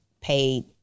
paid